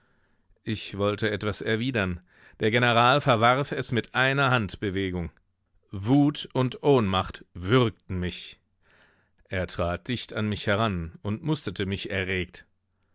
ich wollte etwas erwidern der general verwarf es mit einer handbewegung wut und ohnmacht würgten mich er trat dicht an mich heran und musterte mich erregt